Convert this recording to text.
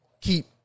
keep